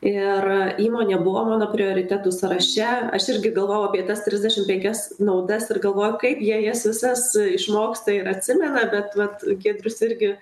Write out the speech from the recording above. ir įmonė buvo mano prioritetų sąraše aš irgi galvojau apie tas trisdešim penkias naudas ir galvojau kaip jie jas visas išmoksta ir atsimena bet vat giedrius irgi